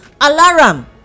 alarm